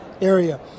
area